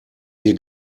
wir